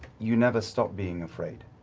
you never stop being afraid.